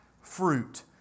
fruit